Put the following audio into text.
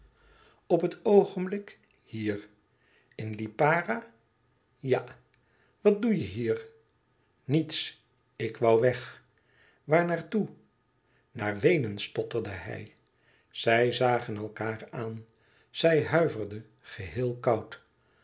op het oogenblik hier in lipara ja wat doe je hier niets ik woû weg waar naar toe naar naar weenen stotterde hij zij zagen elkaâr aan zij huiverde geheel koud